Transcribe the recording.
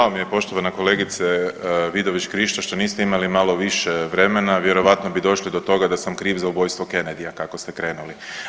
Žao mi je poštovana kolegice Vidović Krišto što niste imali malo više vremena, vjerojatno bi došli do toga da sam kriv za ubojstva Kennedyja kako ste krenuli.